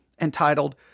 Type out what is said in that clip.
entitled